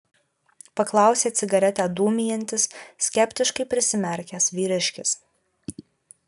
paklausė cigaretę dūmijantis skeptiškai prisimerkęs vyriškis